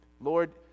Lord